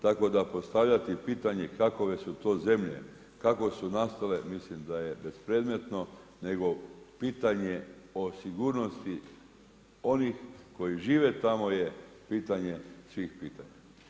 Tako da postavljati pitanje kakove su to zemlje, kako su nastale mislim da je bespredmetno nego pitanje o sigurnosti onih koji žive tamo je pitanje svih pitanja.